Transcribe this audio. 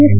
F